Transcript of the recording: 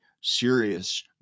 serious